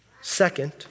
second